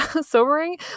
sobering